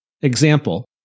Example